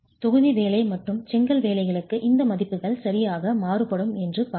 தொகுதி வேலை மற்றும் செங்கல் வேலைகளுக்கு இந்த மதிப்புகள் சரியாக மாறுபடும் என்று பார்த்தோம்